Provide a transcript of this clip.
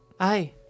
Hi